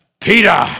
Peter